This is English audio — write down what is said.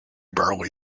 barley